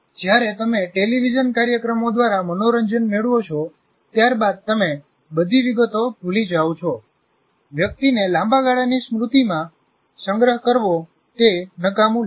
જ્યારે તમે ટેલિવિઝન કાર્યક્રમો દ્વારા મનોરંજન મેળવો છો ત્યાર બાદ તમે બધી વિગતો ભૂલી જાઓ છો વ્યક્તિને લાંબા ગાળાની સ્મૃતિમાં સંગ્રહ કરવો તે નકામું લાગશે